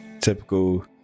Typical